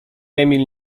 emil